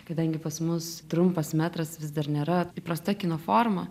kadangi pas mus trumpas metras vis dar nėra įprasta kino forma